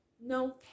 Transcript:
no